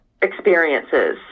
experiences